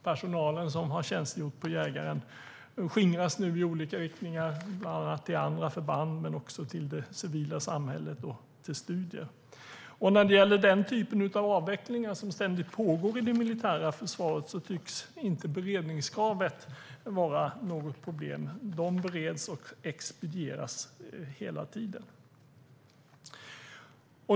Personalen som har tjänstgjort på Jägaren skingras nu i olika riktningar, bland annat till andra förband men också till det civila samhället och studier. När det gäller den typen av avvecklingar som ständigt pågår i det militära försvaret tycks inte beredningskravet vara något problem. De bereds och expedieras hela tiden.